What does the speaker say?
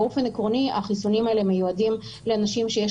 באופן עקרוני החיסונים האלה מיועדים לאנשים שיש